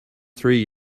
three